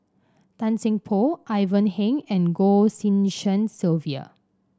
Tan Seng Poh Ivan Heng and Goh Tshin En Sylvia